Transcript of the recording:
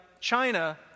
china